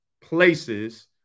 places